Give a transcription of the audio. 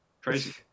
crazy